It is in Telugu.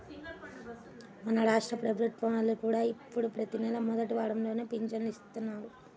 మన రాష్ట్ర ప్రభుత్వం వాళ్ళు కూడా ఇప్పుడు ప్రతి నెలా మొదటి వారంలోనే పింఛను ఇత్తన్నారు